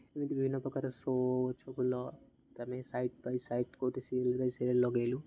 ଏମିତି ବିଭିନ୍ନପ୍ରକାର ସୋ ଗଛ ଫୁଲ ଆମେ ସାଇଡ଼୍ ବାଇ ସାଇଡ଼୍ ଗୋଟେ ସିରିଏଲ୍ ବାଇ ସିରିଏଲ୍ ଲଗାଇଲୁ